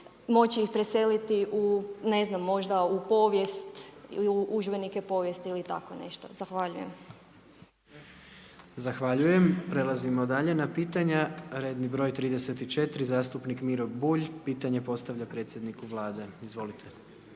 moći ih preseliti u, ne znam možda u povijest, u udžbenike povijesti ili tako nešto. Zahvaljujem. **Jandroković, Gordan (HDZ)** Zahvaljujem. Prelazimo dalje na pitanja. Redni broj 34. zastupnik Miro Bulj. Pitanje postavlja predsjedniku Vlade. Izvolite.